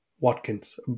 Watkins